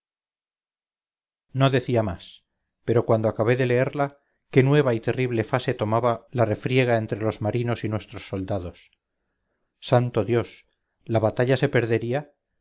no decía más pero cuando acabé de leerla qué nueva y terrible fase tomaba la refriega entre los marinos y nuestros soldados santo dios la batalla se perdería